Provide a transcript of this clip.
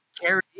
carry